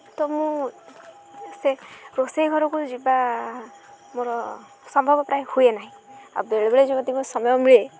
ତ ମୁଁ ସେ ରୋଷେଇ ଘରକୁ ଯିବା ମୋର ସମ୍ଭବ ପ୍ରାୟ ହୁଏ ନାହିଁ ଆଉ ବେଳେବେଳେ ଯିମିତି ମୋତେ ସମୟ ମିଳେ